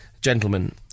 Gentlemen